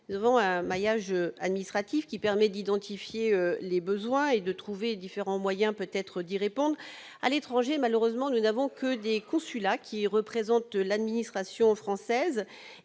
En France, le maillage administratif permet d'identifier les besoins et de trouver différents moyens d'y répondre. À l'étranger, malheureusement, ne se trouvent que des consulats qui représentent l'administration française